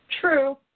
True